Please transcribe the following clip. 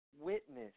witness